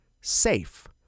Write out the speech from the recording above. SAFE